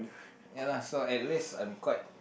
ya lah so at least I'm quite